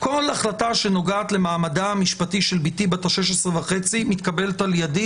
כל החלטה שנוגעת למעמדה המשפטי של ביתי בת ה-16 וחצי מתקבלת על ידי,